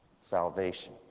Salvation